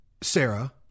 Sarah